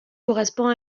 correspond